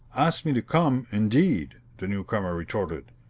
asked me to come, indeed! the newcomer retorted.